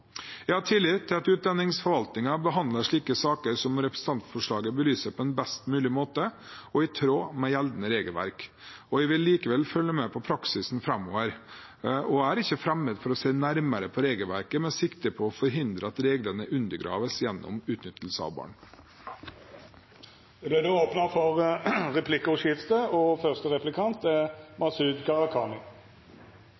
Jeg har tillit til at utlendingsforvaltningen behandler slike saker som representantforslaget belyser, på en best mulig måte og i tråd med gjeldende regelverk. Jeg vil likevel følge med på praksisen framover og er ikke fremmed for å se nærmere på regelverket med sikte på å forhindre at reglene undergraves gjennom utnyttelse av